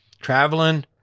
Traveling